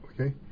okay